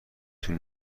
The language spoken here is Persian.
طول